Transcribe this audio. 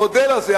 המודל הזה,